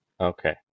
Okay